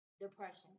depression